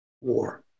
war